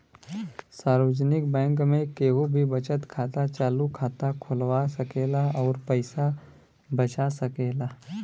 सार्वजनिक बैंक में केहू भी बचत खाता, चालु खाता खोलवा सकेला अउर पैसा बचा सकेला